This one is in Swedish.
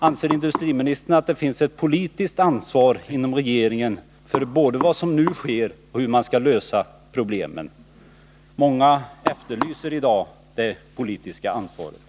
Anser industriministern att det finns ett politiskt ansvar inom regeringen både för vad som nu sker och för hur man skall lösa problemen? Många efterlyser i dag det politiska ansvaret.